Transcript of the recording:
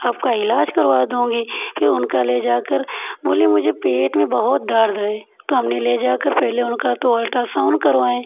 आपका इलाज करवा दूँगी फिर उनका ले जाकर बोली मुझे पेट में बहुत दर्द है तो हमने ले जाकर पहले उनका तो अल्ट्रासाउन्ड करवाएँ